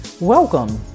Welcome